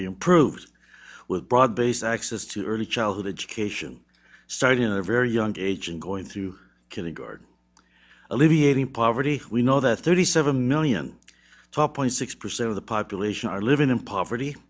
be improved with broad based access to early childhood education starting in a very young age and going to kill the guard alleviating poverty we know that thirty seven million top point six percent of the population are living in poverty